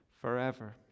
forever